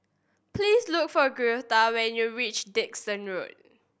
please look for Greta when you reach Dickson Road